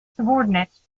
subordinates